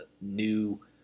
new